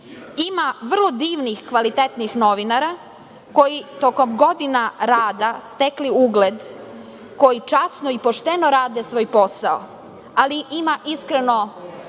Ima vrlo divnih, kvalitetnih novinara koji su tokom godina rada stekli ugled, koji časno i pošteno rade svoj posao, ali ima iskreno